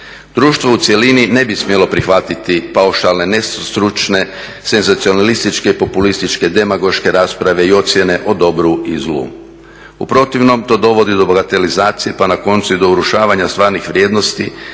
Društvo u cjelini ne bi smjelo prihvatiti paušalne, nestručne, senzacionalističke, populističke, demagoške rasprave i ocjene o dobru i zlu. U protivnom dovodi do bagatelizacije pa na koncu i do urušavanja stvarnih vrijednosti,